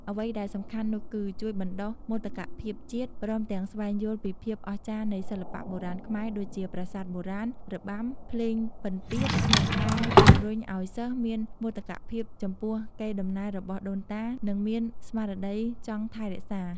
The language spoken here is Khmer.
អ្វីដែលសំខាន់នោះគឺ ជួយបណ្ដុះមោទកភាពជាតិ ព្រមទាំងស្វែងយល់ពីភាពអស្ចារ្យនៃសិល្បៈបុរាណខ្មែរ ដូចជាប្រាសាទបុរាណ របាំ ភ្លេងពិណពាទ្យ ក្នុងការជម្រុញអោយសិស្សមានមោទកភាពចំពោះកេរដំណែលរបស់ដូនតា និងមានស្មារតីចង់ថែរក្សា។